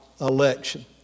election